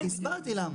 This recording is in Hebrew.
אני מסביר למה.